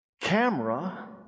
Camera